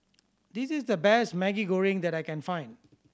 this is the best Maggi Goreng that I can find